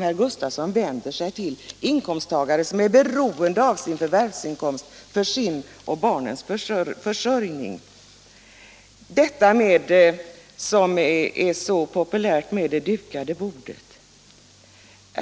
herr Gustavsson vänder sig till, inkomsttagare som är beroende av förvärvsinkomsten för sin och barnens försörjning. Talet om det dukade bordet är ju så populärt.